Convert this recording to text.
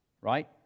Right